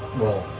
well,